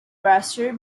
raster